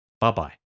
Bye-bye